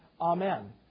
Amen